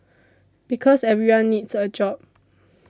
because everyone needs a job